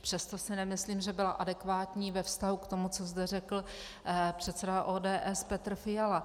Přesto si nemyslím, že byla adekvátní ve vztahu k tomu, co zde řekl předseda ODS Petr Fiala.